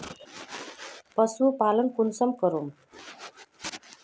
पशुपालन कुंसम करूम?